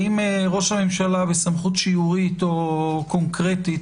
ואם ראש הממשלה וסמכות שיורית או קונקרטית